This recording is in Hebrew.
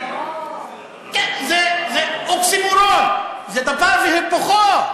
זה אוקסימורון, זה דבר והיפוכו.